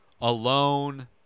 alone